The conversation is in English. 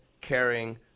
caring